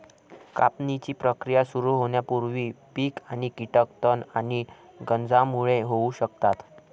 कापणीची प्रक्रिया सुरू होण्यापूर्वी पीक आणि कीटक तण आणि गंजांमुळे होऊ शकतात